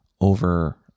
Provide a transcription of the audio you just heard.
over